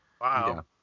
Wow